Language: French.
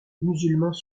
musulmans